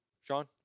Sean